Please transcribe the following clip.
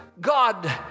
God